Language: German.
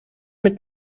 mit